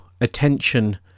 attention